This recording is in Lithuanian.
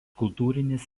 kultūrinis